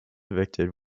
evicted